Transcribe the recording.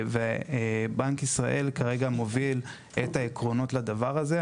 בנק ישראל כרגע מוביל את העקרונות לדבר הזה.